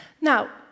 Now